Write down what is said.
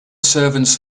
servants